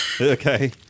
Okay